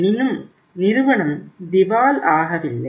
எனினும் நிறுவனம் திவாலாகவில்லை